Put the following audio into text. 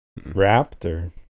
Raptor